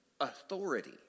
authority